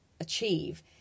achieve